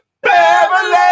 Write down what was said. Beverly